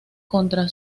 contra